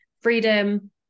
freedom